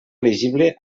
elegible